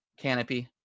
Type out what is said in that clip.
canopy